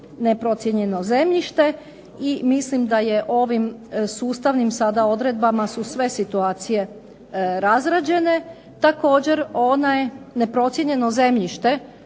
neprocijenjeno zemljište. I mislim da je ovim sustavnim sada odredbama su sve situacije razrađene. Također ono neprocijenjeno zemljište